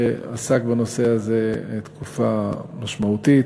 שעסק בנושא הזה תקופה משמעותית,